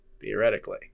theoretically